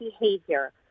behavior